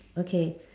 okay